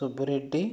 Subbireddy